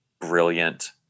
brilliant